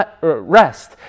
rest